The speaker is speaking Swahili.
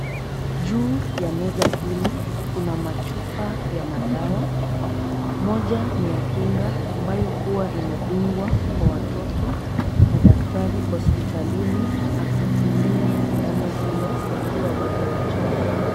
Juu ya meza hili kuna machupa ya madawa. Moja ni ya kinga ambayo huwa inadungwa kwa watoto na daktari hospitalini akitumia sindano hilo wakiwa bado wachanga.